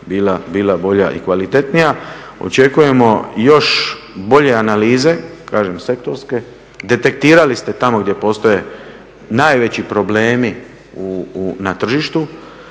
bila bolja i kvalitetnija. Očekujemo još bolje analize, kažem sektorske, detektirali ste tamo gdje postoje najveći problemi na tržištu.